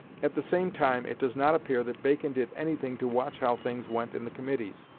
at the same time it does not appear that bacon did anything to watch how things went in the committees,